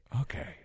Okay